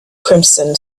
crimson